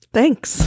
Thanks